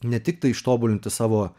ne tiktai ištobulinti savo